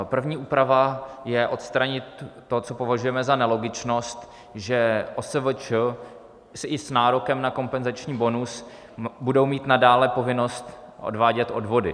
První úprava je odstranit to, co považujeme za nelogičnost, že OSVČ s nárokem na kompenzační bonus budou mít nadále povinnost odvádět odvody.